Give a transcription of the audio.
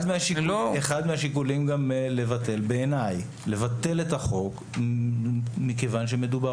אחד מהשיקולים לבטל את החוק הוא מכיוון שמדובר